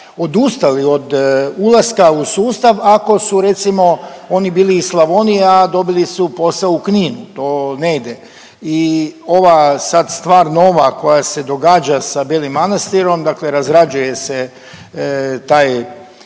odustali od ulaska u sustav ako su recimo oni bili iz Slavonije, a dobili su posao u Kninu, to ne ide i ova sad stvar nova koja se događa sa Belim Manastirom dakle razrađuje se taj